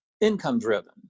income-driven